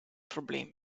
problem